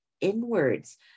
inwards